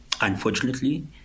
unfortunately